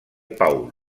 paul